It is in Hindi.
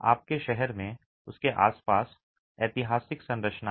आपके शहर में और उसके आसपास ऐतिहासिक संरचनाएँ